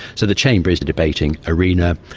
so the chamber is debating arena,